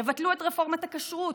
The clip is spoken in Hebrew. יבטלו את רפורמת הכשרות,